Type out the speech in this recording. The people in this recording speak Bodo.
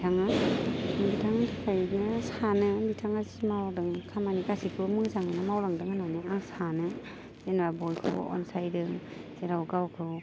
बिथाङा बिथांनि थाखायनो सानो बिथाङा जि मावदों खामानि गासैखौबो मोजाङैनो मावलांदों होननानै आं सानो जोंना बयखौबो अनसायदों जेराव गावखौ